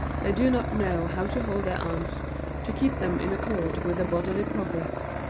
they do not know how to hold their arms to keep them in accord with their bodily progress.